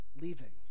leaving